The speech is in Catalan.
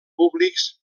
públics